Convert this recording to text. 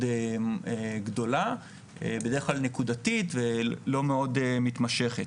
גדולה - בדרך כלל נקודתית ולא מאוד מתמשכת.